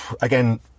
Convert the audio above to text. Again